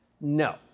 No